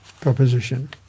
proposition